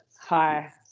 hi